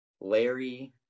Larry